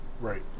Right